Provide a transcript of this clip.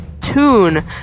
tune